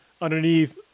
underneath